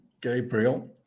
Gabriel